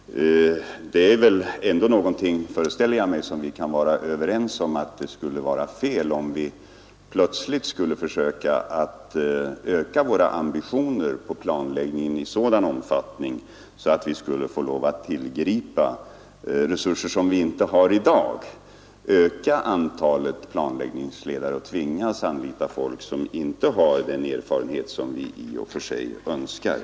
Det är väl ändå någonting, föreställer jag mig, som alla kan vara överens om, nämligen att det skulle vara fel, om vi plötsligt skulle vidga våra ambitioner på planläggningen på ett sådant sätt att vi skulle få lov att öka antalet planläggningsledare och tvingas anlita folk som inte har den erfarenhet som vi i och för sig önskar.